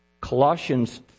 Colossians